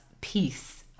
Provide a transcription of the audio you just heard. peace